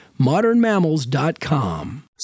modernmammals.com